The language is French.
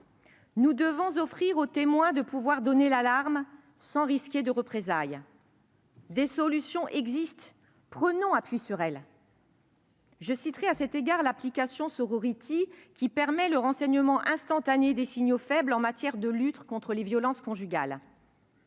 Nous devons offrir aux témoins la faculté de sonner l'alarme sans risquer de représailles. Appuyons-nous sur les solutions existantes. Je citerai à cet égard l'application The Sorority, qui permet le renseignement instantané des signaux faibles en matière de lutte contre les violences conjugales.